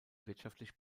wirtschaftlich